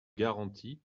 garantis